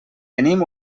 tenim